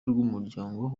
rw’umuryango